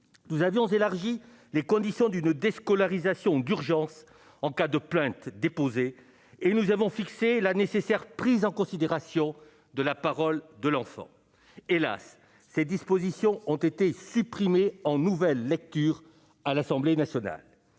nous avions élargi les conditions d'une déscolarisation d'urgence en cas de plaintes déposées et nous avons fixé la nécessaire prise en considération de la parole de l'enfant, hélas, ces dispositions ont été supprimés en nouvelle lecture à l'Assemblée nationale,